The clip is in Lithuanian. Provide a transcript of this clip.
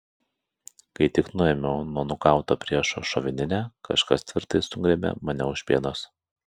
kai tik nuėmiau nuo nukauto priešo šovininę kažkas tvirtai sugriebė mane už pėdos